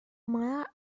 maya